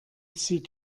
zieht